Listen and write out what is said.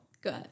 Good